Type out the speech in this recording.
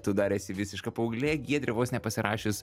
tu dar esi visiška paauglė giedrė vos ne pasirašius